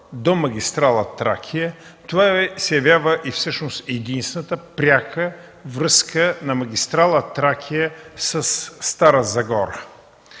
до магистрала „Тракия” той се явява всъщност единствената пряка връзка на магистралата със Стара Загора.